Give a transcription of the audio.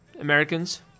Americans